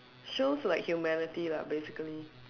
shows like humanity lah basically